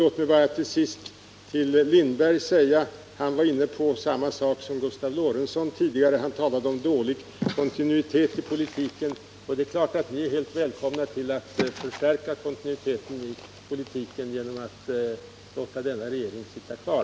Låt mig till sist säga till Sven Lindberg och Gustav Lorentzon, som båda talade om dålig kontinuitet i politiken: Ni är välkomna att förstärka kontinuiteten i politiken genom att låta denna regering sitta kvar.